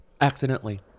accidentally